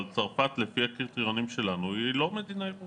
אבל צרפת לפי הקריטריונים שלנו היא לא מדינה ירוקה,